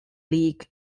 league